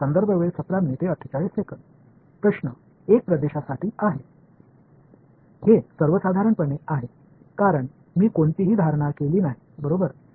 இது பொதுவாக நான் எந்த அனுமானங்களையும் செய்யவில்லை இது பிராந்திய 1 மற்றும் பிராந்திய 2 ஆகிய இரண்டிற்கும் பொருந்துமா என்பது